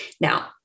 Now